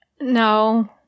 No